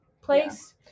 place